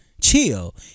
chill